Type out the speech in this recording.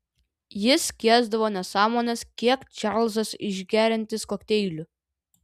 jis skiesdavo nesąmones kiek čarlzas išgeriantis kokteilių